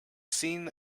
seen